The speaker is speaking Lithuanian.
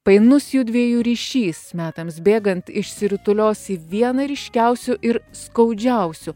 painus jųdviejų ryšys metams bėgant išsirutulios į vieną ryškiausių ir skaudžiausių